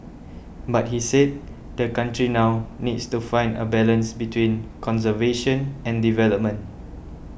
but he said the country now needs to find a balance between conservation and development